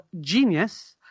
Genius